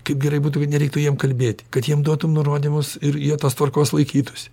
kaip gerai būtų kad nereiktų jiem kalbėti kad jiem duotum nurodymus ir jie tos tvarkos laikytųsi